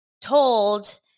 told